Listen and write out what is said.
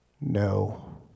no